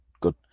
good